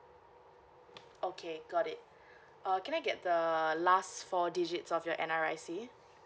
okay got it uh can I get the last four digits of your N_R_I_C